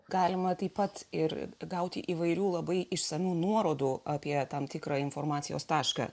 galima taip pat ir gauti įvairių labai išsamių nuorodų apie tam tikrą informacijos tašką